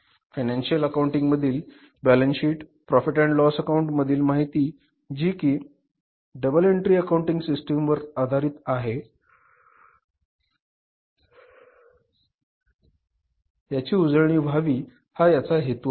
financial accounting मधील balance sheet profit and loss account मधील माहिती जी की डबल एन्ट्री अकाउंटिंग सिस्टीम वर आधारित आहे याची उजळणी व्हावी हा याचा हेतू आहे